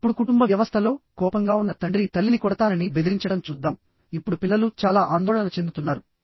ఇప్పుడు కుటుంబ వ్యవస్థలో కోపంగా ఉన్న తండ్రి తల్లిని కొడతానని బెదిరించడం చూద్దాం ఇప్పుడు పిల్లలు చాలా ఆందోళన చెందుతున్నారు